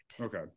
Okay